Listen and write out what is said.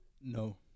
No